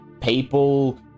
people